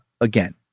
again